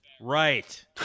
right